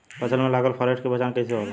फसल में लगल फारेस्ट के पहचान कइसे होला?